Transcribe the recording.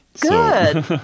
Good